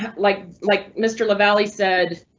like like mr lavalley said